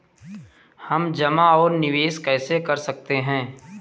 हम जमा और निवेश कैसे कर सकते हैं?